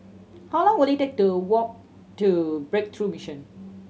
how long will it take to walk to Breakthrough Mission